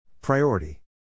Priority